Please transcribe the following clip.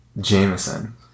Jameson